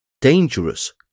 dangerous